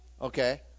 Okay